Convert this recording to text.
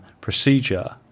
procedure